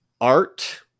art